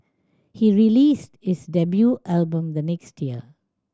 he released his debut album the next year